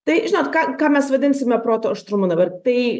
tai žinot ką ką mes vadinsime proto aštrumu dabar tai